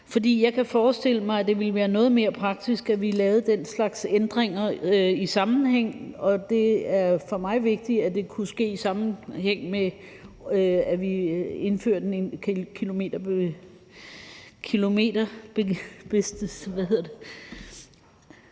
jeg kan forestille mig, at det ville være noget mere praktisk, at vi lavede den slags ændringer i sammenhæng. Og for mig er det vigtigt, at det kunne ske, i sammenhæng med at vi indfører en kilometerbaseret